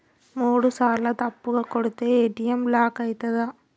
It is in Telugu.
మూడుసార్ల తప్పుగా కొడితే ఏ.టి.ఎమ్ బ్లాక్ ఐతదా?